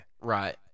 right